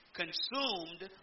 consumed